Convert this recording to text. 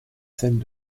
scènes